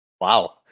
Wow